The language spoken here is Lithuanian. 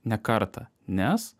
ne kartą nes